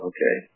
Okay